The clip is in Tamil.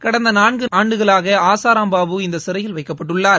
கடந்த நான்கு ஆண்டுகளாக ஆசாராம் பாபு இந்த சிறையில் வைக்கப்பட்டுள்ளார்